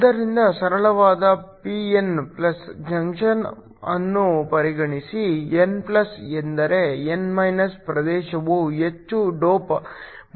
ಆದ್ದರಿಂದ ಸರಳವಾದ p n junction ಅನ್ನು ಪರಿಗಣಿಸಿ n ಎಂದರೆ n ಪ್ರದೇಶವು ಹೆಚ್ಚು ಡೋಪ್ ಮಾಡಲಾಗಿದೆ